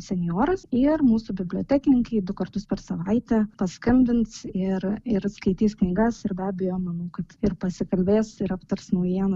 senjoras ir mūsų bibliotekininkai du kartus per savaitę paskambins ir ir skaitys knygas ir be abejo manau kad ir pasikalbės ir aptars naujiena